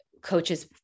coaches